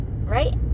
right